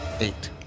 eight